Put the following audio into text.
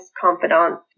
confidant